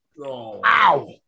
Ow